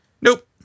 Nope